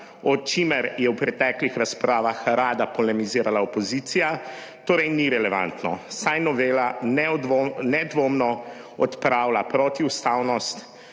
o čemer je v preteklih razpravah rada polemizirala opozicija, torej ni relevantno, saj novela nedvomno odpravlja protiustavnost